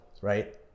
right